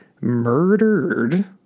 murdered